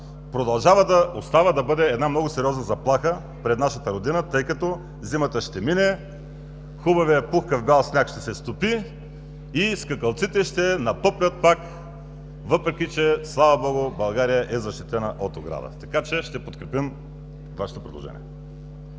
това остава да бъде една много сериозна заплаха пред нашата родина, тъй като зимата ще мине, хубавият пухкав бял сняг ще се стопи и скакалците ще напъплят пак, въпреки че, слава Богу, България е защитена от ограда. Така че ще подкрепим Вашето предложение.